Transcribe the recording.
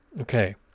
okay